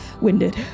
winded